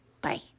Bye